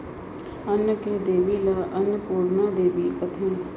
अन्न के देबी ल अनपुरना देबी कथें